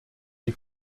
die